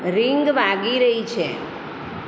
ring વાગી રહી છે